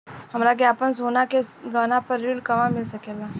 हमरा के आपन सोना के गहना पर ऋण कहवा मिल सकेला?